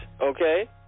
Okay